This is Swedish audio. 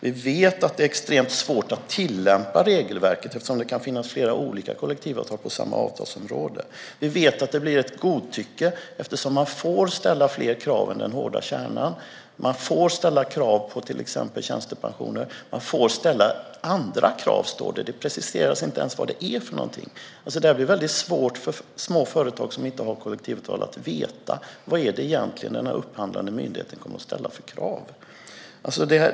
Vi vet att det är extremt svårt att tillämpa regelverket, eftersom det kan finnas flera olika kollektivavtal på samma avtalsområde. Vi vet att det blir ett godtycke, eftersom man får ställa fler krav än den hårda kärnan. Man får ställa krav på till exempel tjänstepensioner, och man får ställa andra krav, står det. Det preciseras inte ens vilka de är. Det blir väldigt svårt för små företag som inte har kollektivavtal att veta vilka krav den upphandlande myndigheten egentligen kommer att ställa.